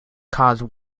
caused